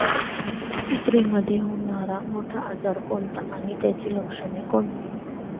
कुत्रीमध्ये होणारा मोठा आजार कोणता आणि त्याची लक्षणे कोणती?